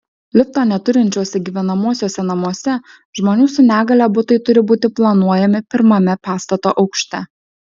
lifto neturinčiuose gyvenamuosiuose namuose žmonių su negalia butai turi būti planuojami pirmame pastato aukšte